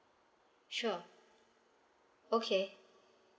sure okay